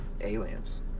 aliens